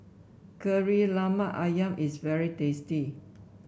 Kari Lemak ayam is very tasty